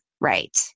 right